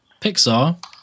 Pixar